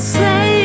say